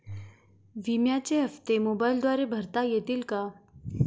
विम्याचे हप्ते मोबाइलद्वारे भरता येतील का?